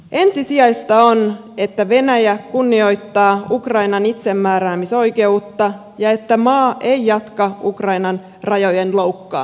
ensisijaista on että venäjä kunnioittaa ukrainan itsemääräämisoikeutta ja että maa ei jatka ukrainan rajojen loukkaamista